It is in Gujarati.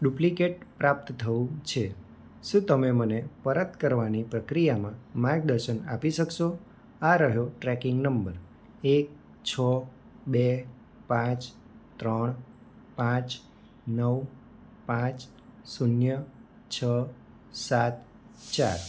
ડુપ્લિકેટ પ્રાપ્ત થવું છે શું તમે મને પરત કરવાની પ્રક્રિયામાં માર્ગદર્શન આપી શકશો આ રહ્યો ટ્રેકિંગ નંબર એક છ બે પાંચ ત્રણ પાંચ નવ પાંચ શૂન્ય છ સાત ચાર